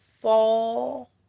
fall